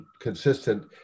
consistent